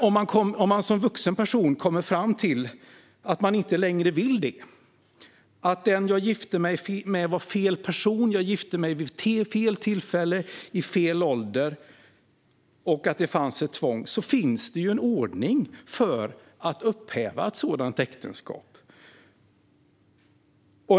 Om jag som vuxen person kommer fram till att jag inte längre vill vara gift, att den person jag gifte mig med var fel person, att jag gifte mig vid fel tillfälle, i fel ålder och att det fanns ett tvång finns det en ordning för att upphäva ett sådant äktenskap.